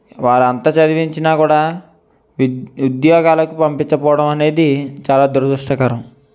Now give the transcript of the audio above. వాళ్ళు అంత చదివించిన కూడా విద్ ఉద్యోగాలకు పంపించకపోవడం అనేది చాలా దురదృష్టకరం